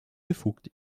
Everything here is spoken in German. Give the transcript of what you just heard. befugt